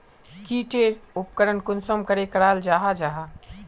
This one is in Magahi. की टेर उपकरण कुंसम करे कराल जाहा जाहा?